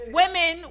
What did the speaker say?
women